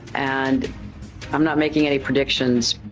and i'm not making any predictions,